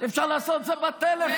אפשר לעשות את זה בטלפון.